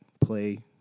play